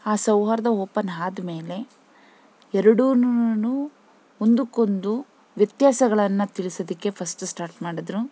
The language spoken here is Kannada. ಆ ಸೌಹಾರ್ದ ಓಪನ್ ಆದ್ಮೇಲೆ ಎರಡುನೂನು ಒಂದಕ್ಕೊಂದು ವ್ಯತ್ಯಾಸಗಳನ್ನು ತಿಳ್ಸೋದಕ್ಕೆ ಫಸ್ಟ್ ಸ್ಟಾರ್ಟ್ ಮಾಡಿದ್ರು